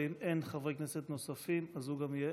אם אין חברי כנסת נוספים, אז הוא גם יהיה